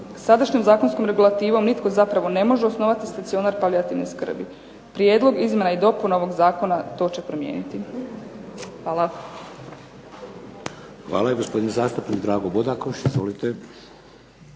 Sadašnjom zakonskom regulativnom nitko zapravo ne može osnovati stacionar palijativne skrbi. Prijedlog izmjena i dopuna ovog zakona to će promijeniti. Hvala. **Šeks, Vladimir (HDZ)** Hvala. I gospodin zastupnik Dragutin Bodakoš. Izvolite.